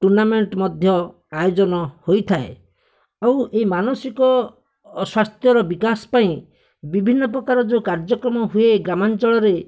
tournament ମଧ୍ୟ ଆୟୋଜନ ହୋଇଥାଏ ଆଉ ଏଇ ମାନସିକ ସ୍ୱାସ୍ଥ୍ୟର ବିକାଶ ପାଇଁ ବିଭିନ୍ନ ପ୍ରକାର ଯୋଉ କାର୍ଯ୍ୟକ୍ରମ ହୁଏ ଗ୍ରାମାଞ୍ଚଳରେ